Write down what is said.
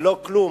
ללא כלום,